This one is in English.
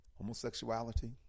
Homosexuality